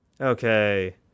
Okay